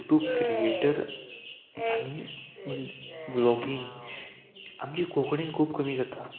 YouTube creator आनी म्हण blogging आमची कोंकणीन खूब कमी जाता